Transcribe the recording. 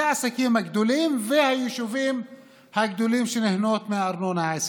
זה העסקים הגדולים והיישובים הגדולים שנהנים מהארנונה העסקית.